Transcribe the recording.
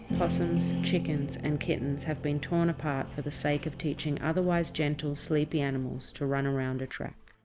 possums, chickens and kittens have been torn apart for the sake of teaching otherwise gentle, sleepy animals to run around a track.